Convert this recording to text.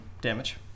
damage